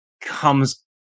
comes